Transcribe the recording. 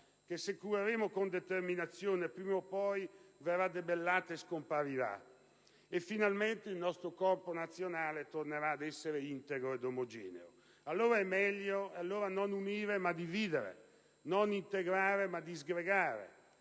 che se cureremo con determinazione prima o poi verrà debellata e scomparirà e finalmente il nostro corpo nazionale tornerà ad essere integro ed omogeneo. Allora è meglio non unire ma dividere, non integrare ma disgregare,